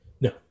no